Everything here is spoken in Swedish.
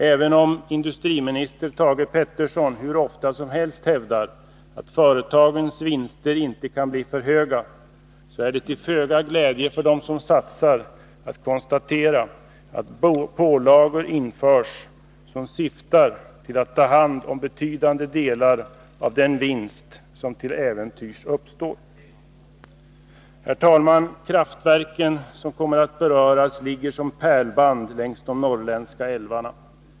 Även om industriminister Thage Peterson hur ofta som helst hävdar, att företagens vinster inte kan bli för höga, så är det till föga glädje för dem som satsar att konstatera att pålagor införs, som syftar till att ta hand om betydande delar av den vinst, som till äventyrs uppstår. Herr talman! Kraftverken som kommer att beröras ligger som ett pärlband längs de norrländska älvarna.